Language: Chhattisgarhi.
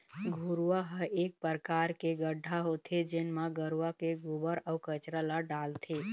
घुरूवा ह एक परकार के गड्ढ़ा होथे जेन म गरूवा के गोबर, अउ कचरा ल डालथे